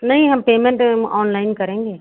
नहीं हम पेमेन्ट हम ऑनलाइन करेंगे